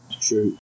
True